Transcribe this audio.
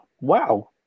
wow